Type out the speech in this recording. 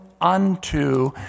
unto